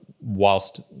whilst